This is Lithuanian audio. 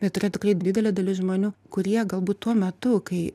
bet yra tikrai didelė dalis žmonių kurie galbūt tuo metu kai